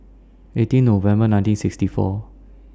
eighteen November nineteen sixty four